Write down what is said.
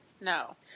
No